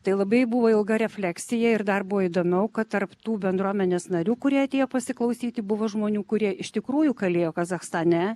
tai labai buvo ilga refleksija ir dar buvo įdomiau kad tarp tų bendruomenės narių kurie atėjo pasiklausyti buvo žmonių kurie iš tikrųjų kalėjo kazachstane